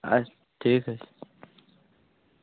اَچھ ٹھیٖک حظ